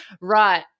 right